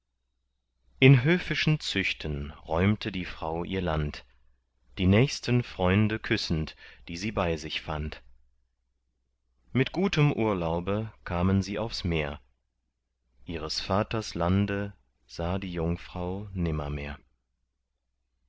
in höfischen züchten räumte die frau ihr land die nächsten freunde küssend die sie bei sich fand mit gutem urlaube kamen sie aufs meer ihres vaters lande sah die jungfrau